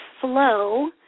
flow